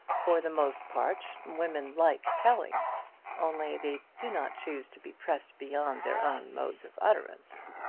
for the most part, women like telling only they do not choose to be pressed beyond their own modes of utterance.